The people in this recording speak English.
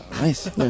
Nice